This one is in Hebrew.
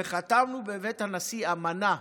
וחתמנו בבית הנשיא על אמנה.